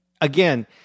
again